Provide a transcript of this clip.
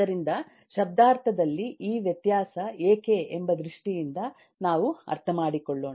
ಆದ್ದರಿಂದ ಶಬ್ದಾರ್ಥದಲ್ಲಿ ಈ ವ್ಯತ್ಯಾಸ ಏಕೆ ಎಂಬ ದೃಷ್ಟಿಯಿಂದ ನಾವು ಅರ್ಥಮಾಡಿಕೊಳ್ಳೋಣ